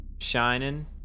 shining